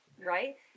right